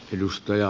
kiitos